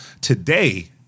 today